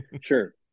Sure